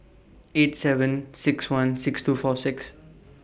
eight seven six one six two four six